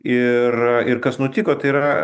ir ir kas nutiko tai yra